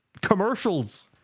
commercials